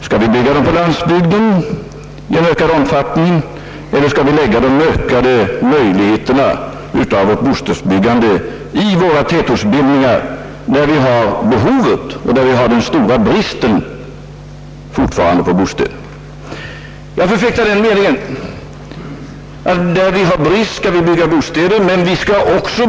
Skall vi bygga bostäder på landsbygden i ökad omfattning, eller skall de ökade möjligheterna för vårt bostadsbyggande ges åt våra tätortsbildningar, där behoven och den stora bostadsbristen alltjämt finns? Jag förfäktar den meningen att vi skall bygga bostäder där vi har brist.